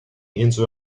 into